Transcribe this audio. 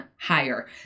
higher